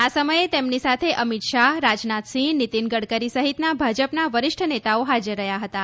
આ સમયે તેમની સાથે અમિત શાહ રાજનાથસિંહ નીતિન ગડકરી સહિતના ભાજપના વરિષ્ઠ નેતાઓ હાજર રહ્યાં હતાં